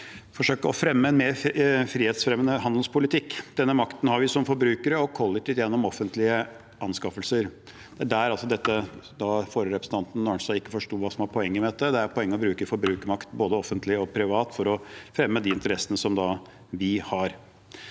forsøke å fremme en mer frihetsfremmende handelspolitikk. Denne makten har vi som forbrukere og kollektivt gjennom offentlige anskaffelser. Forrige taler, representanten Arnstad, forsto ikke hva som var poenget med dette. Poenget er å bruke forbrukermakten, både offentlig og privat, for å fremme de interessene som vi har.